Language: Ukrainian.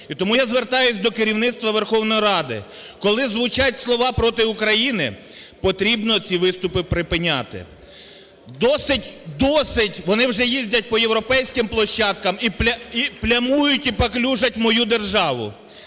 І тому я звертаюся до керівництва Верховної Ради. Коли звучать слова проти України, потрібно ці виступи припиняти. Досить, вони вже їздять по європейським площадкам і плямують, і паплюжать мою державу.